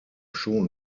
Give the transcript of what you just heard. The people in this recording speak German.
schon